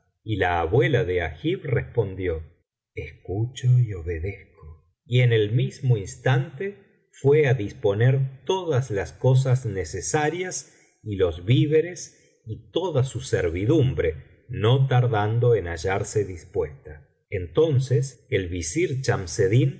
y la abuela de agib respondió escucho y obedezco y en el mismo instante fué á disponer todas las cosas necesarias y los víveres y toda su servíclumbre no tardando en hallarse dispuesta entonces el visir